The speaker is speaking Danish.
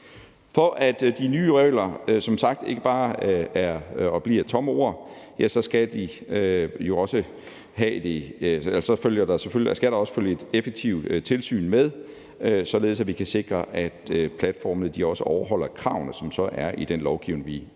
For at de nye regler som sagt ikke bare er og bliver tomme ord, skal der også følge et effektivt tilsyn med, således at vi kan sikre, at platformene også overholder kravene, som er i den lovgivning, vi